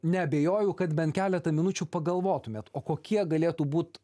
neabejoju kad bent keletą minučių pagalvotumėt o kokie galėtų būt